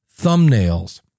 thumbnails